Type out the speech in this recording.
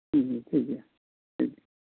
ᱦᱮᱸ ᱦᱮᱸ ᱦᱮᱸ